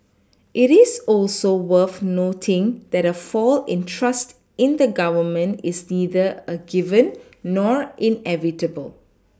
it is also worth noting that a fall in trust in the Government is neither a given nor inevitable